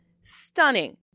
Stunning